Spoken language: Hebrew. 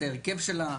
את ההרכב שלה,